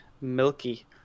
Milky